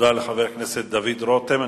תודה לחבר הכנסת דוד רותם.